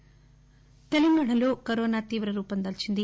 corona తెలంగాణాలో corona తీవ్ర రూపం దాల్పింది